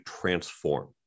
transform